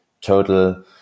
total